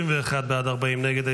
31 בעד, 40 נגד.